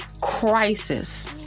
crisis